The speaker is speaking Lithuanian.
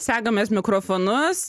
segamės mokrofonus